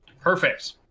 Perfect